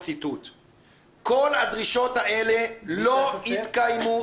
כל הדרישות האלה לא התקיימו.